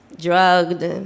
drugged